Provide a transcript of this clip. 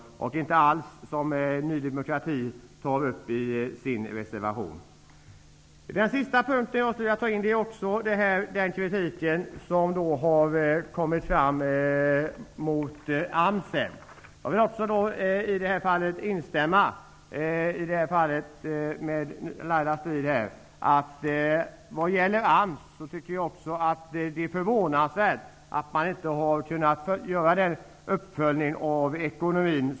Det är inte alls vad Ny demokrati tar upp i sin reservation. Den sista punkten som jag vill nämna är den kritik som har förts fram mot AMS. Jag vill i detta fall instämma med Laila Strid-Jansson. Vad gäller AMS är det förvånansvärt att man inte har kunnat göra en uppföljning av ekonomin.